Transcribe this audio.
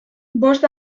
bost